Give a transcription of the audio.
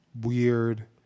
weird